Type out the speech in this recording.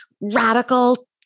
radical